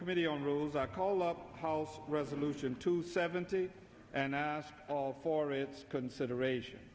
committee on rules i call up how resolution two seventy and i ask for its consideration